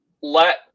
Let